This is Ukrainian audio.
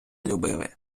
любили